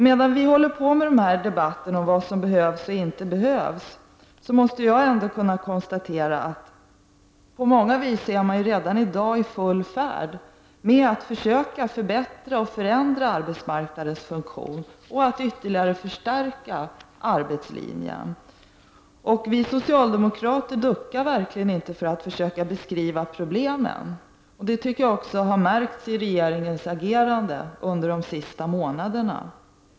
Medan vi håller på med dessa debatter om vad som behövs och inte behövs, måste jag ändå konstatera att man på många vis redan i dag är i full färd med att försöka förbättra och förändra arbetsmarknadens funktion och att ytterligare förstärka arbetslinjen. Vi socialdemokrater duckar verkligen inte för att försöka beskriva problemen, vilket jag också tycker har märkts i regeringens agerande under de senaste månaderna.